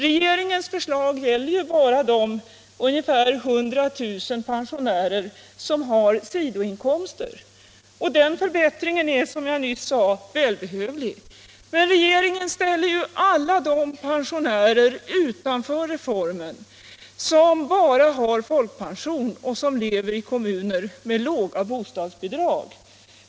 Regeringens förslag gäller ju bara de ungefär 100 000 pensionärer som har sidoinkomster. Den förbättringen är, som jag nyss sade, välbehövlig. Men regeringen ställer ju alla de pensionärer utanför reformen som bara har folkpension och som lever i kommuner med låga bostadsbidrag.